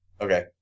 Okay